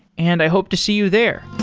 and i hope to see you there.